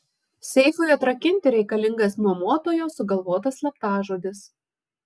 seifui atrakinti reikalingas nuomotojo sugalvotas slaptažodis